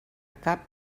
cap